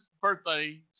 birthday